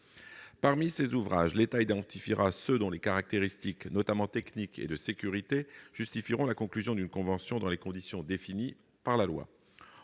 Parmi ces ouvrages, l'État identifiera ceux dont les caractéristiques, notamment techniques et de sécurité, justifieront la conclusion d'une convention dans les conditions définies par la loi.